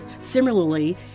Similarly